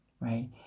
right